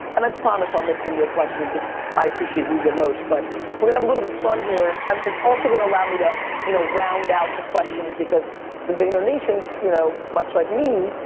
and i promise i'll mix in your questions, because i appreciate you the most. but we're gonna have a little bit of fun here. and it's also gonna allow me to you know round out the questions, because the vaynernation, you know much like me,